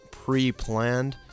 pre-planned